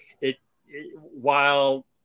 it—while